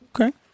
Okay